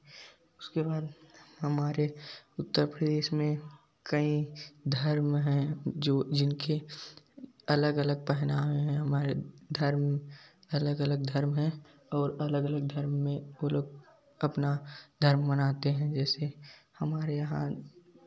उसके बाद हमारे उत्तरप्रदेश में कई धर्म है जो जिनके अलग अलग पहनावे है हमारे धर्म अलग अलग धर्म हैं और अलग अलग धर्म में वे लोग अपना धर्म मनाते हैं जैसे हमारे यहाँ